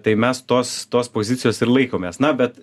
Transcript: tai mes tos tos pozicijos ir laikomės na bet